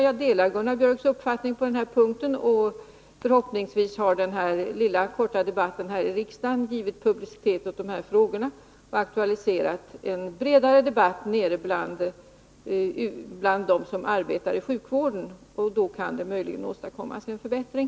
Jag delar Gunnar Biörcks uppfattning på den här punkten, och förhoppningsvis har denna lilla korta debatt här i riksdagen givit publicitet åt de här frågorna och aktualiserat en bredare debatt bland dem som arbetar i sjukvården. Då kan det möjligen åstadkommas en förbättring.